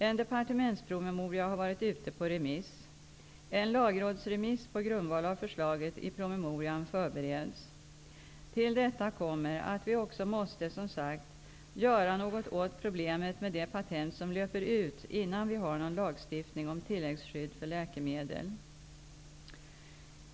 En departementspromemoria har varit ute på remiss. En lagrådsremiss på grundval av förslaget i promemorian förbereds. Till detta kommer att vi också måste, som sagt, göra något åt problemet med de patent som löper ut innan vi har någon lagstiftning om tilläggsskydd för läkemedel.